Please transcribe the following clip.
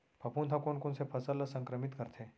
फफूंद ह कोन कोन से फसल ल संक्रमित करथे?